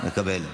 מקבל.